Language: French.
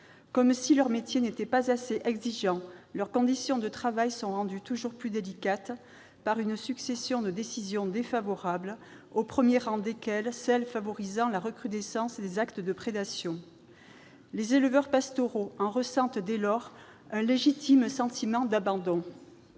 Comme si leur métier n'était pas assez exigeant, leurs conditions de travail sont rendues toujours plus délicates par une succession de décisions défavorables, au premier rang desquelles celles qui favorisent la recrudescence des actes de prédation ! Les éleveurs pastoraux en ressentent dès lors un légitime sentiment d'abandon.